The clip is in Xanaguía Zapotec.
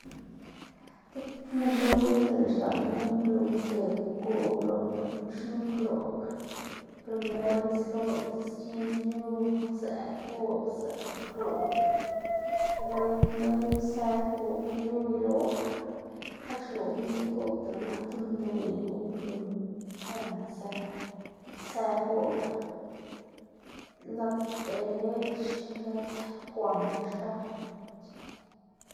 tik minndoꞌ win dele xlaꞌnma guꞌnnkluwma ideꞌdma goꞌb lo, gëpná xnu kwloꞌb, primer guslolá ti xkin yu kwzëꞌ goꞌb kwzëꞌ kwloꞌb wen wen së goꞌb lyu iloꞌb, xka xloꞌbma ti goꞌb dele naku tib minndoꞌ win guꞌnnkluwma tsëw së së goꞌb lad derech y lad kwama xka.